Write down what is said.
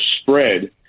spread